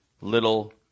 little